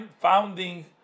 founding